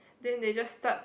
then they just start